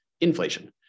inflation